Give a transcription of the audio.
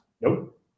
Nope